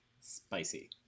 Spicy